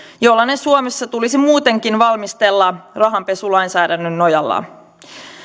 jollainen suomessa tulisi muutenkin valmistella rahanpesulainsäädännön nojalla